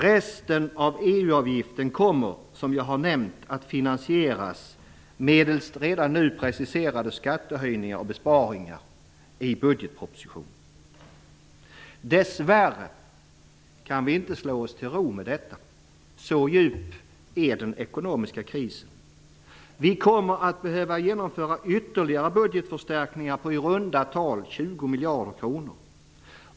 Resten av EU-avgiften kommer, som jag har nämnt, att finansieras medelst redan nu preciserade skattehöjningar och besparingar i budgetpropositionen. Dess värre kan vi inte slå oss till ro med detta. Så djup är den ekonomiska krisen. Vi kommer att behöva genomföra ytterligare budgetförstärkningar på i runda tal 20 miljarder kronor.